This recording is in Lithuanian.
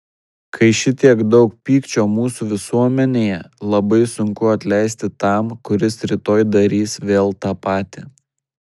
kai šitiek daug pykčio mūsų visuomenėje labai sunku atleisti tam kuris rytoj darys vėl tą patį